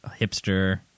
hipster